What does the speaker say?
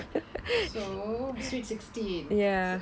so sweet sixteen